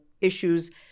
issues